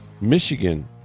Michigan